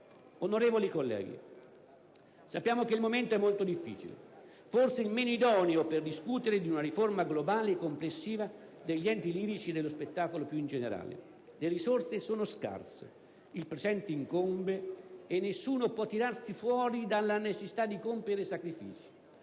Onorevoli colleghi, sappiamo che il momento è molto difficile, forse il meno idoneo per discutere di una riforma globale e complessiva degli enti lirici e dello spettacolo più in generale. Le risorse sono scarse, il presente incombe e nessuno può tirarsi fuori dalla necessità di compiere sacrifici.